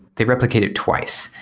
they replicate it twice,